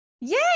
Yay